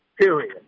Period